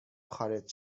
خارج